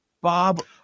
Bob